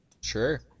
sure